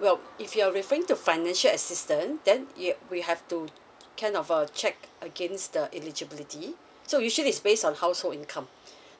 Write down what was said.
well if you're referring to financial assistance then yup we have to kind of a check against the eligibility so usually it's based on household income